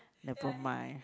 never mind